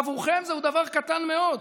עבורכם זהו דבר קטן מאוד,